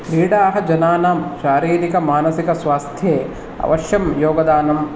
क्रीडाः जनानां शारीरिकमानसिकस्वास्थे अवश्यं योगदानं